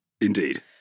Indeed